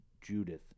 Judith